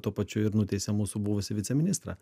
tuo pačiu ir nuteisė mūsų buvusį viceministrą